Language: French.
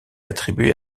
attribué